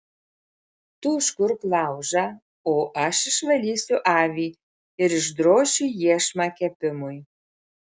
tu užkurk laužą o aš išvalysiu avį ir išdrošiu iešmą kepimui